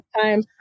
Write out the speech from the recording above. time